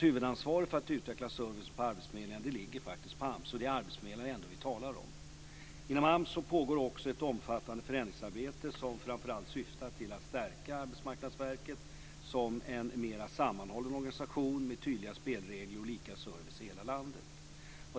Huvudansvaret för att utveckla service på arbetsförmedlingarna ligger AMS - och det är ju ändå arbetsförmedlingarna som vi talar om. Inom AMS pågår också ett omfattande förändringsarbete som framför allt syftar till att stärka Arbetsmarknadsverket som en mer sammanhållen organisation med tydliga spelregler och samma service i hela landet.